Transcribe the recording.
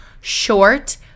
short